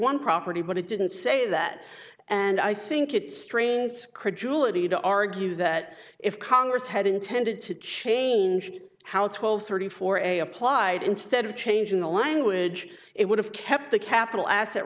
one property but it didn't say that and i think it strains credulity to argue that if congress had intended to change household thirty four a applied instead of changing the language it would have kept the capital asset